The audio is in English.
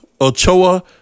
Ochoa